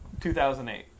2008